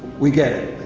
we get it.